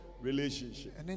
relationship